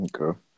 Okay